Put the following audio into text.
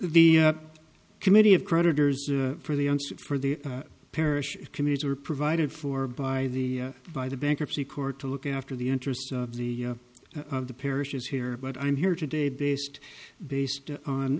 change the committee of creditors for the for the parish committees were provided for by the by the bankruptcy court to look after the interests of the of the parishes here but i'm here today based based on